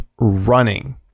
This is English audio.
running